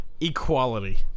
Equality